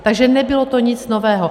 Takže nebylo to nic nového.